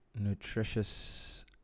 nutritious